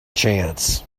chance